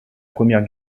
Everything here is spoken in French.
première